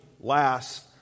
last